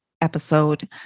episode